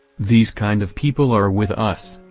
these kind of people are with us.